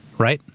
right?